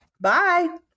Bye